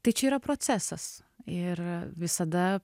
tai čia yra procesas ir visada